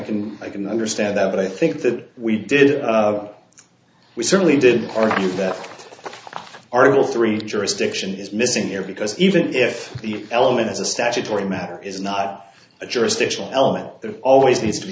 can i can understand that but i think that we did we certainly did argue that article three jurisdiction is missing here because even if the element as a statutory matter is not a jurisdictional element that always needs to be